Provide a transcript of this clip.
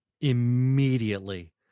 immediately